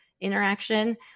interaction